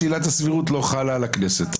שעילת הסבירות לא חלה על הכנסת,